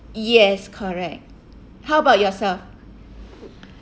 yes correct how about yourself